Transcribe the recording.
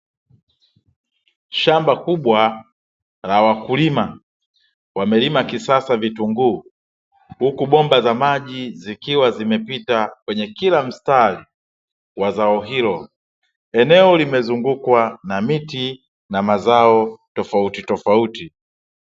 Shamba kubwa la wakulima wamelima kisasa vitunguu huku bomba za maji zikiwa zimepita kwenye kila mstari wa zao hilo, eneo limezungukwa na miti na mazao tofautitofauti.